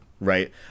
right